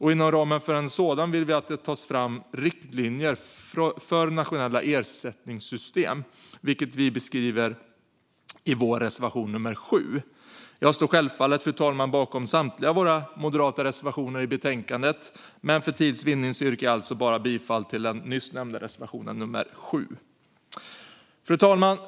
Inom ramen för en sådan vill vi att det tas fram riktlinjer för nationella ersättningssystem, vilket vi beskriver i vår reservation 7. Jag står självfallet bakom samtliga moderata reservationer i betänkandet, men för tids vinning yrkar jag alltså bara bifall till nyss nämnda reservation 7. Fru talman!